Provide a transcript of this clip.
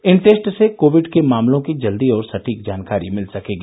इन test से Covid के मामलों की जल्दी और सटीक जानकारी मिल सकेगी